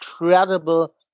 incredible